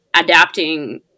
adapting